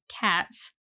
Cats